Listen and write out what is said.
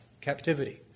captivity